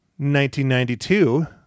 1992